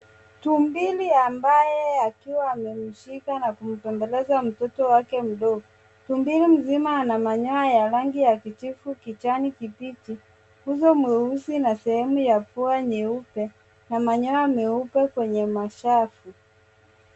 Tumbili ambaye akiwa amemushika na kumbemebeleza mtoto wake mdogo. Tumbili mzima ana manyoya ya rangi ya kijivu kijani kijivu, uso mweusi na sehemu ya pua nyeupe na manyoya meupe kwenye mashafu.